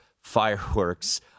fireworks